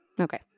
Okay